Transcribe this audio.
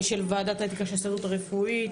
של ועדת האתיקה של ההסתדרות הרפואית.